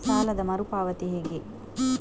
ಸಾಲದ ಮರು ಪಾವತಿ ಹೇಗೆ?